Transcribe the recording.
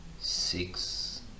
six